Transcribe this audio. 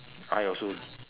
I also